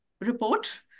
report